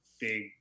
big